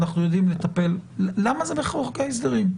לה זה בחוק ההסדרים?